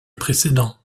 précédent